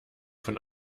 von